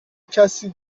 کسی